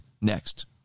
next